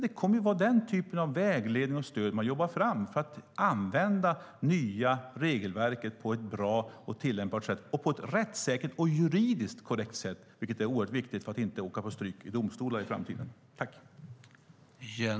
Det kommer att vara den typen av vägledning och stöd man jobbar fram för att använda det nya regelverket på ett bra och tillämpbart sätt och även på ett rättssäkert och juridiskt korrekt sätt. Det är oerhört viktigt för att inte åka på stryk i domstolar i framtiden.